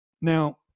Now